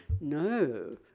No